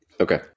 Okay